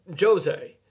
Jose